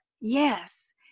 Yes